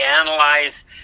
analyze –